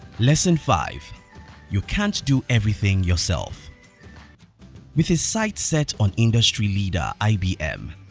lesson five you can't do everything yourself with his sights set on industry leader ibm,